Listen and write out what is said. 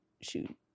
Shoot